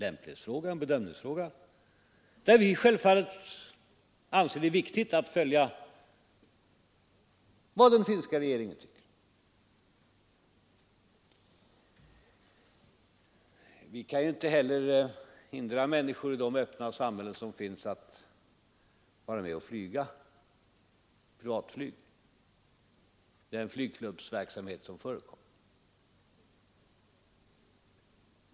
Det är en bedömningsfråga, där vi självfallet anser det viktigt att följa vad den finska regeringen tycker. Vi kan inte heller hindra människor i de öppna samhällen som finns att flyga privatflyg och vara med i den flygklubbsverksamhet som förekommer.